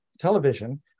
television